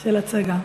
של הצגה.